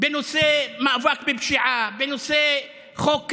בנושא מאבק בפשיעה, בנושא חוק קמיניץ,